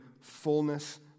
fullness